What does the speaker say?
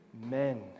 Men